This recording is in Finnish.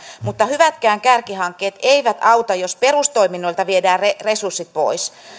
mutta hyvätkään kärkihankkeet eivät auta jos perustoiminnoilta viedään resurssit pois